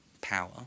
power